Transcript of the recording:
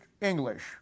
English